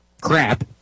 crap